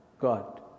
God